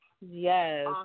Yes